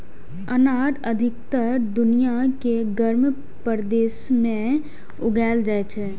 अनार अधिकतर दुनिया के गर्म प्रदेश मे उगाएल जाइ छै